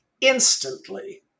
instantly